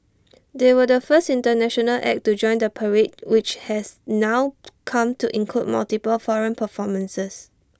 they were the first International act to join the parade which has now come to include multiple foreign performances